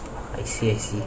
I see I see